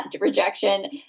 rejection